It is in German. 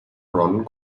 ron